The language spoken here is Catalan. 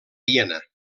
viena